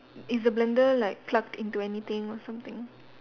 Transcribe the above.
is the blender like plugged into anything or something